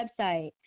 website